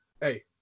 Hey